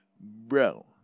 Bro